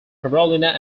carolina